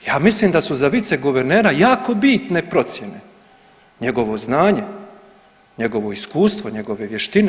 Ja mislim da su za viceguvernera jako bitne procjene, njegovo znanje, njegovo iskustvo, njegove vještine.